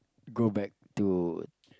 go back to